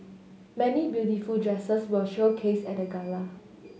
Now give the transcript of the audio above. many beautiful dresses were showcased at the gala